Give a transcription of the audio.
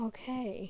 Okay